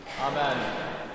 Amen